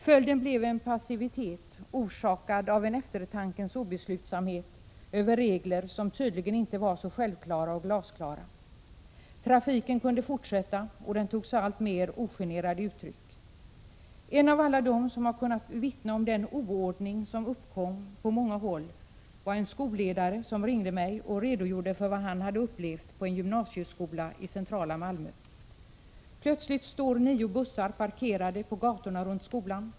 Följden blev en passivitet, orsakad av en eftertankens obeslutsamhet inför regler som tydligen inte var så självklara och glasklara. Trafiken kunde fortsätta, och den tog sig alltmer ogenerade uttryck. En av alla dem som har kunnat vittna om den oordning som uppkom på många håll var en skolledare, som ringde mig och redogjorde för vad han hade upplevt på en gymnasieskola i centrala Malmö. Plötsligt står nio bussar parkerade på gatorna runt skolan.